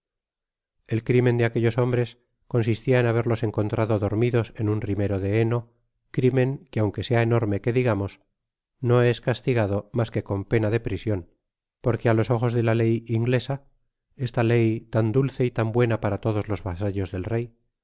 el crimen de aquellos hombres consistia en haberlos encontrado dormidos en un rimero de heno crimen que aun quesea enorme que digamos no es castigado mas que con pena de prision porque á lo ojos de la ley inglesa esta ley tan dulce y tan buena para todos los vasallos del rey